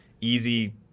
easy